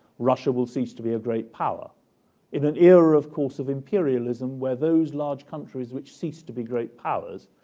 russia will cease to be a great power in an era, of course, of imperialism, where those large countries, which ceased to be great powers,